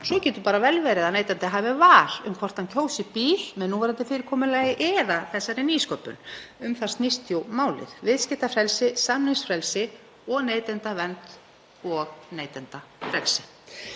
Svo getur bara vel verið að neytandi hafi val um hvort hann kjósi bíl með núverandi fyrirkomulagi eða þessari nýsköpun, um það snýst jú málið; viðskiptafrelsi, samningsfrelsi og neytendavernd og neytendafrelsi.